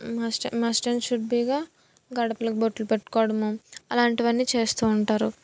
must um must and should బీగా గడపలకు బొట్లు పెట్టుకోవడము అలాంటివన్నీ చేస్తూ ఉంటారు